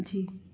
जी